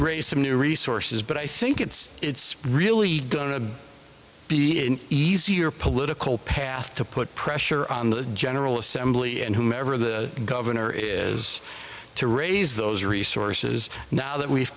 raise some new resources but i think it's really going to be easier political path to put pressure on the general assembly and whomever the governor is to raise those resources now that we've